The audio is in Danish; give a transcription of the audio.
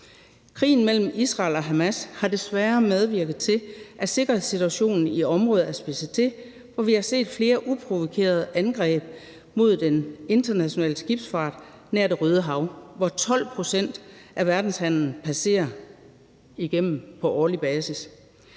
Krigen mellem Israel og Hamas har desværre medvirket til, at sikkerhedssituationen i området er spidset til, og vi har set flere uprovokerede angreb mod den internationale skibsfart nær Det Røde Hav, hvor 12 pct. af verdenshandelen passerer igennem på årlig basis.